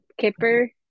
Kipper